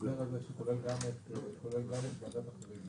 ההסדר הזה שכולל את ועדת החריגים.